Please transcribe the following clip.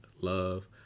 love